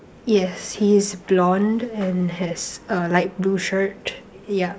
yes he is blonde and has a light blue shirt yup